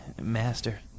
master